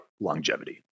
longevity